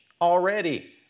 already